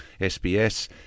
SBS